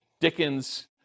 Dickens